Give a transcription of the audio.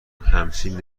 همچین